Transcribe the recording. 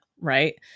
right